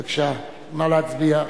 בבקשה, נא להצביע.